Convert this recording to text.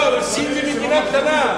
לא, סין זה מדינה קטנה.